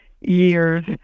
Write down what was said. years